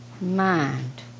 mind